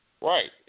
right